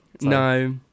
No